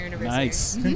nice